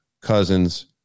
cousins